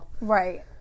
Right